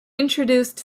introduced